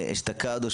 אשתקד.